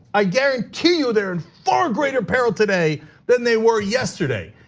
i guarantee you they're in far greater peril today than they were yesterday.